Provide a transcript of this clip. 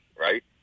right